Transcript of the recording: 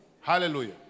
Hallelujah